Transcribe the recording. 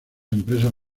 empresas